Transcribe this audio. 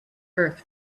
earth